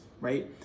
right